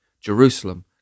Jerusalem